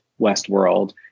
Westworld